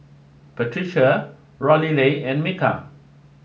Patricia Lorelei and Micah